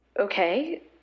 Okay